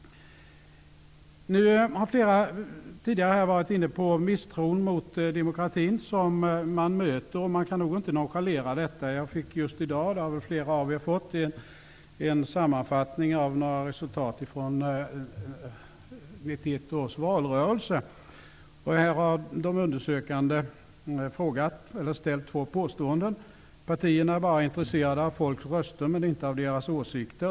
Flera tidigare talare har varit inne på frågan om misstron mot demokratin. Jag tror inte att man kan nonchalera detta. Jag fick just i dag -- det har väl flera av er fått -- en sammanfattning av några resultat från 1991 års valrörelse. Här har de undersökande framställt två påståenden. Det ena påståendet är att partier bara är intresserade av folks röster, men inte av deras åsikter.